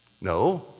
No